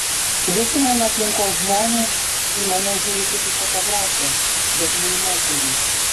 visi mano aplinkos žmonės į mane žiūri kaip į fotografę bet ne į moterį